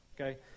okay